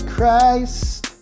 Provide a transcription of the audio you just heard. Christ